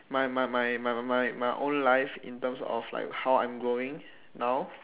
my my my my my my my own life in terms of like how I am going now